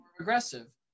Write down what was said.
aggressive